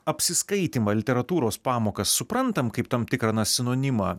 apsiskaitymą literatūros pamokas suprantam kaip tam tikrą na sinonimą